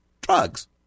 drugs